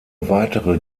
weitere